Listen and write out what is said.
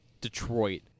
Detroit